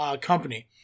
company